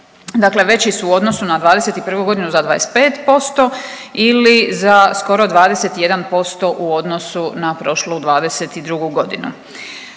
Dakle, veći su u odnosu na 2021. godinu za 25% ili za skoro 21% u odnosu na prošlu 2022. godinu.